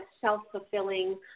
self-fulfilling